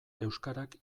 euskarak